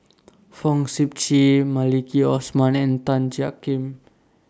Fong Sip Chee Maliki Osman and Tan Jiak Kim